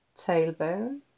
tailbone